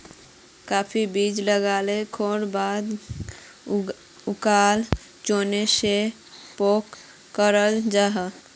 काफी बीज लाक घोल्वार बाद उलाक चुर्नेर सा पैक कराल जाहा